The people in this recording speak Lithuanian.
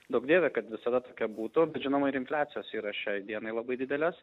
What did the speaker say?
duok dieve kad visada tokia būtų bet žinoma ir infliacijos yra šiai dienai labai didelės